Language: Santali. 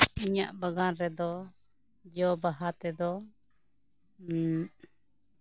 ᱤᱧᱟᱹᱜ ᱵᱟᱜᱟᱱ ᱨᱮᱫᱚ ᱡᱚ ᱵᱟᱦᱟ ᱛᱮᱫᱚ